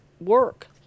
work